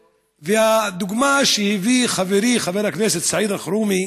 הדוגמה שהביא חברי חבר הכנסת סעיד אלחרומי